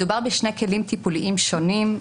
מדובר בשני כלים טיפוליים שונים,